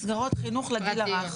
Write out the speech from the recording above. מסגרות חינוך לגיל הרך.